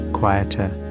quieter